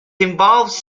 involves